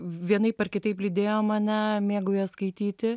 vienaip ar kitaip lydėjo mane mėgau jas skaityti